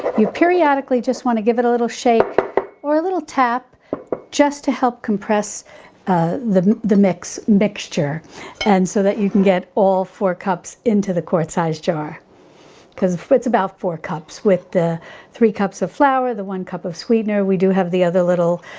you periodically just want to give it a little shake or a little tap just to help compress ah the the mixture mixture and so that you can get all four cups into the quart size jar because it fits about four cups with the three cups of flour, the one cup of sweetener, we do have the other little